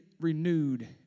renewed